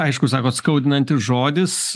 aišku sakot skaudinantis žodis